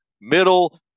middle